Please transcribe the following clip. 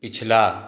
पिछला